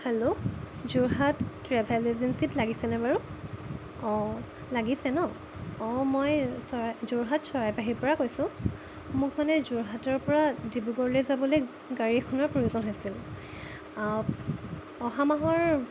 hello Jorhat travel এজেঞ্চিত লাগিছেনে বাৰু অঁ লাগিছে ন অঁ মই চৰাই যোৰহাট চৰাইবাহীৰ পৰা কৈছোঁ মোক মানে যোৰহাটৰ পৰা ডিব্ৰুগড়লৈ যাবলৈ গাড়ী এখনৰ প্ৰয়োজন হৈছিল অহা মাহৰ